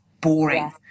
boring